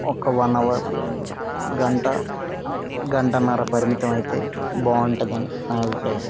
ఒక one hour గంట గంటన్నర పరిమితం అయితే బాగుంటుందని నా అభిప్రాయం